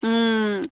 ओम